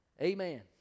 Amen